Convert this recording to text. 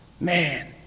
Man